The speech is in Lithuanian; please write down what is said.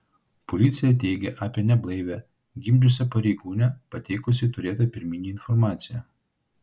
policija teigia apie neblaivią gimdžiusią pareigūnę pateikusi turėtą pirminę informaciją